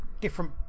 different